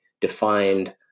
defined